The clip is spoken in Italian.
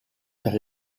per